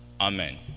amen